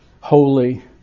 holy